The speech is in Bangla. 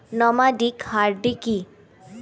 নমাডিক হার্ডি কি?